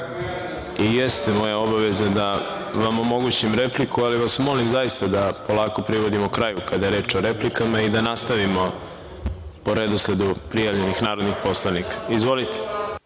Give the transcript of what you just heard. i jeste moja obaveza da vam omogućim repliku, ali vas zaista molim da polako privodimo kraju kada je reč o replikama i da nastavimo po redosledu prijavljenih narodnih poslanika. Reč